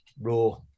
raw